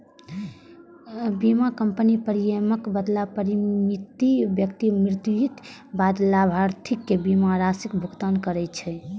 बीमा कंपनी प्रीमियमक बदला बीमित व्यक्ति मृत्युक बाद लाभार्थी कें बीमा राशिक भुगतान करै छै